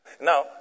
Now